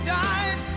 died